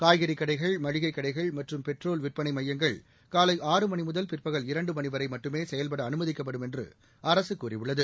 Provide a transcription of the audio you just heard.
காய்கறி கடைகள் மளிகை கடைகள் மற்றும் பெட்ரோல் விற்பனை மையங்கள் காலை ஆறு மணி முதல் பிற்பகல் இரண்டு மணி வரை மட்டுமே செயல்பட அனுமதிக்கப்படும் என்று அரசு கூறியுள்ளது